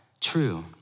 true